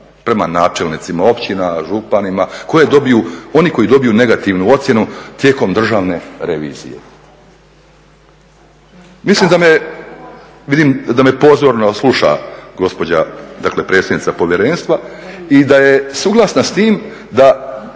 prema načelnicima općina, županima koje dobiju oni koji dobiju negativnu ocjenu tijekom Državne revizije. Vidim da me pozorno sluša gospođa dakle predsjednica povjerenstva i da je suglasna s tim, a